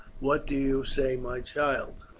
what do you say, my child?